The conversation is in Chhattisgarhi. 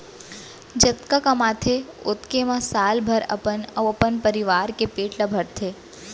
जतका कमाथे ओतके म साल भर अपन अउ अपन परवार के पेट ल भरथे